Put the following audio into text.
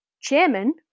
chairman